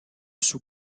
sous